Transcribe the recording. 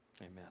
Amen